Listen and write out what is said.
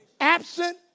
Absent